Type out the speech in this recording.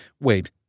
Wait